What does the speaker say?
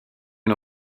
une